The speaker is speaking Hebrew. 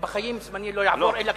חבר הכנסת טיבי, זמנך עבר.